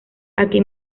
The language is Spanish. aquí